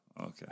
okay